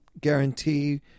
guarantee